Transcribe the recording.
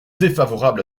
défavorable